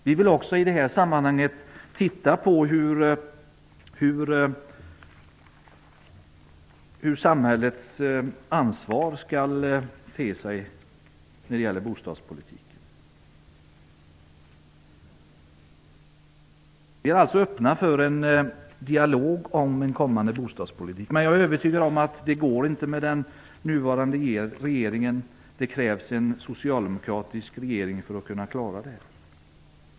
Vi vill också i detta sammanhang titta på hur samhällets ansvar skall te sig när det gäller bostadspolitiken. Vi är öppna för en dialog om en kommande bostadspolitik. Men jag är övertygad om att det inte går att göra det med den nuvarande regeringen. Det krävs en socialdemokratisk regering för att kunna klara det.